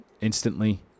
instantly